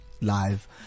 live